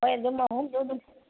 ꯍꯣꯏ ꯑꯗꯨꯝ ꯑꯍꯨꯝꯗꯨ ꯑꯗꯨꯝ